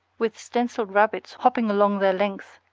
with stenciled rabbits hopping along their length.